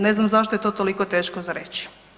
Ne znam zašto je to toliko teško za reći.